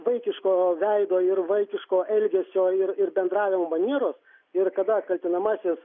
vaikiško veido ir vaikiško elgesio ir ir bendravimo manieros ir kada kaltinamasis